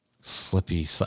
Slippy